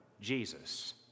Jesus